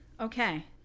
Okay